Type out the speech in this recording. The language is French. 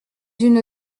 une